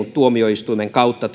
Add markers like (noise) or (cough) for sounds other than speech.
(unintelligible) tuomioistuimen kautta (unintelligible)